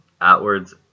outwards